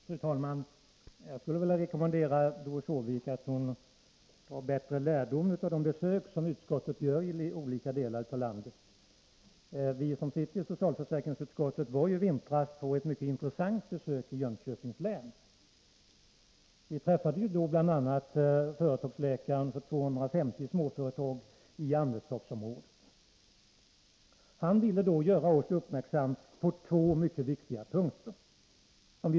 Fru talman! Jag skulle vilja rekommendera Doris Håvik att hon tar bättre lärdom av de besök som utskottet gör i olika delar av landet. Vi som sitter i socialförsäkringsutskottet var ju i vintras på ett mycket intressant besök i Jönköpings län. Vi träffade då bl.a. företagsläkaren för 250 småföretag i Anderstorpsområdet. Företagsläkaren ville göra oss uppmärksamma på två mycket viktiga punkter.